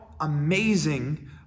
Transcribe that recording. amazing